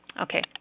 Okay